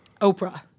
Oprah